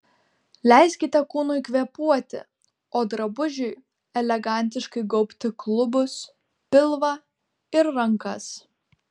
leiskite kūnui kvėpuoti o drabužiui elegantiškai gaubti klubus pilvą ir rankas